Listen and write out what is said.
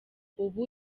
ubu